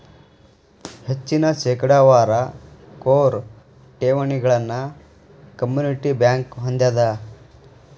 ಹೆಚ್ಚಿನ ಶೇಕಡಾವಾರ ಕೋರ್ ಠೇವಣಿಗಳನ್ನ ಕಮ್ಯುನಿಟಿ ಬ್ಯಂಕ್ ಹೊಂದೆದ